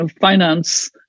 finance